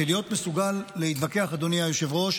זה להיות מסוגל להתווכח, אדוני היושב-ראש,